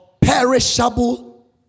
perishable